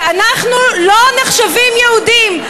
שאנחנו לא נחשבים יהודים.